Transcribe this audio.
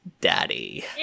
Daddy